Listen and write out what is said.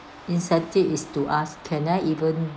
is to ask can I even